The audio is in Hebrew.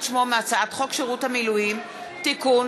שמו מהצעת חוק שירות המילואים (תיקון,